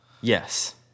Yes